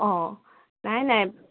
অঁ নাই নাই